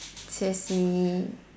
so sweet